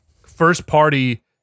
first-party